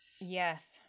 Yes